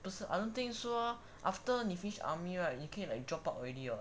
不是 I don't think so ah after 你 finish army right 你可以 like drop out already [what]